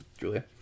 Julia